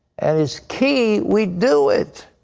and it's key we do it.